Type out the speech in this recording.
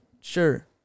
Sure